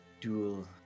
dual